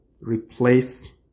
replace